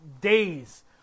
days